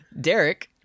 Derek